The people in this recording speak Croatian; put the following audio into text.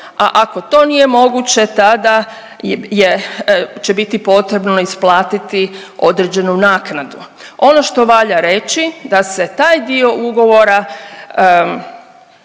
a ako to nije moguće tada je, će biti potrebno isplatiti određenu naknadu. Ono što valja reći da se taj dio ugovora